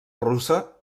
russa